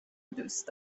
دوست